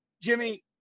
Jimmy